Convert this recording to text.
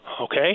okay